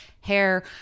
hair